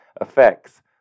effects